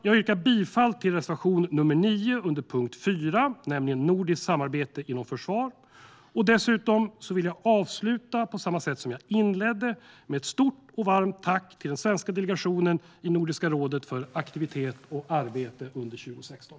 Jag yrkar bifall till reservation nr 9 under punkt 4, Nordiskt samarbete inom försvar. Jag vill avsluta på samma sätt som jag inledde: med ett stort och varmt tack till den svenska delegationen i Nordiska rådet för aktivitet och arbete under 2016.